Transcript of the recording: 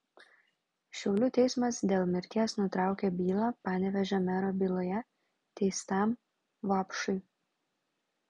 šiaulių teismas dėl mirties nutraukė bylą panevėžio mero byloje teistam vaupšui